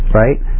right